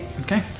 Okay